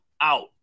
out